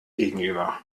gegenüber